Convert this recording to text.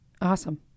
Awesome